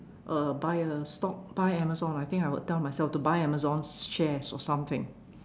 uh buy a stock buy Amazon I think I would tell myself to buy Amazon shares or something